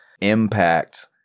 impact